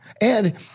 And-